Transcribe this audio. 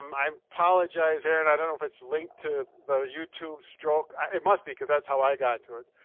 um i um apologize aaron, i don't know if it's linked to the youtube stroke. it must be cause that's how i got to it.